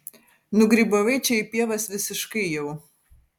nugrybavai čia į pievas visiškai jau